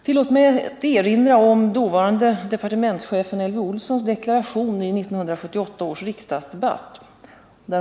Tillåt mig erinra om dåvarande departementschefen Elvy Olssons deklaration i 1978 års riksdagsdebatt.